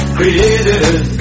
created